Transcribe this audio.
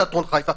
תיאטרון חיפה,